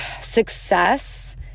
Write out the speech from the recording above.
Success